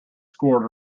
scored